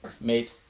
made